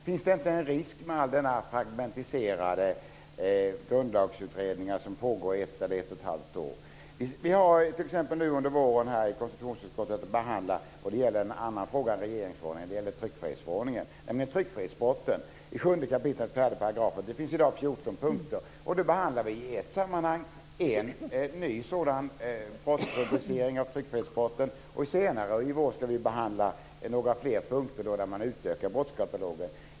Finns det inte en risk med alla dessa fragmentiserade grundlagsutredningar som pågår i ett eller ett och ett halvt år? Vi har t.ex. under våren här i konstitutionsutskottet behandlat en annan fråga än regeringsförordningen, nämligen tryckfrihetsförordningen och tryckfrihetsbrotten i 7 kap. 4 §. Det finns i dag 14 punkter. Vi behandlar dem i ett sammanhang. Det gäller en ny brottsrubricering av tryckfrihetsbrotten. Senare i vår ska vi behandla några fler punkter, där man utökar brottskatalogen.